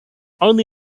only